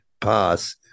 pass